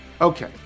Okay